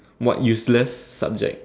what useless subject